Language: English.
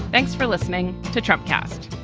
thanks for listening to trump cast